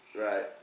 Right